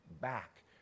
Back